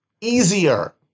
Easier